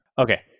okay